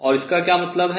और इसका क्या मतलब है